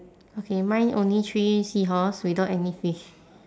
okay mine only three seahorse without any fish